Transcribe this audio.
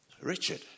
Richard